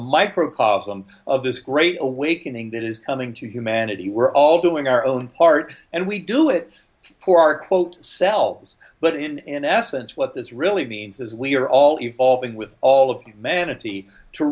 microcosm of this great awakening that is coming to humanity we're all doing our own part and we do it for our quote selves but in essence what this really means is we are all evolving with all of humanity to